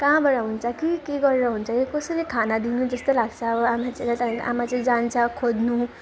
कहाँबाट हुन्छ कि के गरेर हुन्छ कि कसरी खाना दिनु जस्तो लाग्छ अब आमा चाहिँलाई त होइन आमा चाहिँ जान्छ खोज्नु